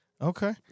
Okay